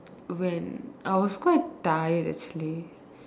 when I was quite tired actually